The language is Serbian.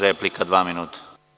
Replika, dvaminuta.